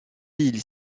ils